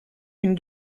une